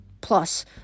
Plus